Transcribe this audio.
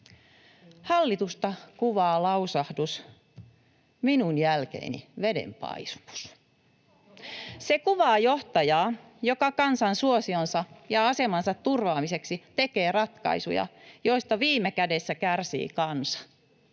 Hallitusta kuvaa lausahdus ”Minun jälkeeni vedenpaisumus.” [Maria Guzenina: No ohhoh!] Se kuvaa johtajaa, joka kansansuosionsa ja asemansa turvaamiseksi tekee ratkaisuja, joista viime kädessä kärsii kansa.